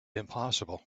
impossible